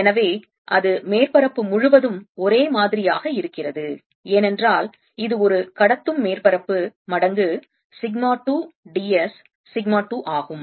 எனவே அது மேற்பரப்பு முழுவதும் ஒரே மாதிரியாக இருக்கிறது ஏனென்றால் இது ஒரு கடத்தும் மேற்பரப்பு மடங்கு சிக்மா 2 d s சிக்மா 2 ஆகும்